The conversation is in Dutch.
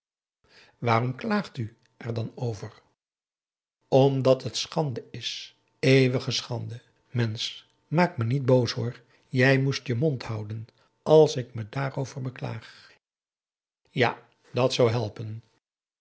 waarom klaagt u er dan over omdat het schande is eeuwige schande mensch maak me niet boos hoor jij moest je mond houden als ik me daarover beklaag ja dat zou helpen